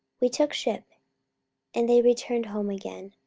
we took ship and they returned home again.